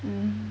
mm